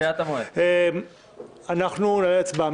אני מעלה את ההצעות להצבעה.